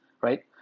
right